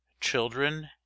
Children